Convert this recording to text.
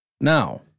Now